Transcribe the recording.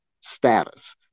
status